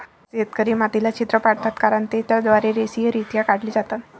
शेतकरी मातीला छिद्र पाडतात कारण ते त्याद्वारे रेषीयरित्या काढले जातात